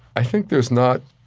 i think there's not